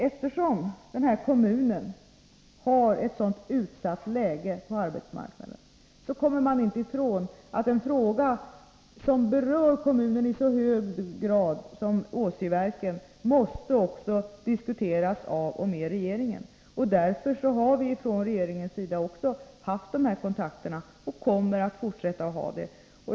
Eftersom den här kommunen har ett så utsatt läge på arbetsmarknaden, kommer man emellertid inte ifrån att en fråga som berör kommunen i så hög grad som Åsiverken också måste diskuteras av och med regeringen. Därför har också regeringen haft kontakter, och regeringen kommer att fortsätta med dem.